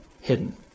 hidden